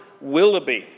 Willoughby